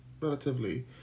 Relatively